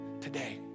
today